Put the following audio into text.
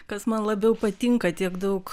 kas man labiau patinka tiek daug